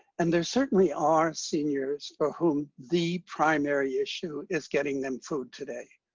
and there certainly are seniors for whom the primary issue is getting them food today.